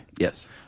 Yes